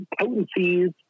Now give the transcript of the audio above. potencies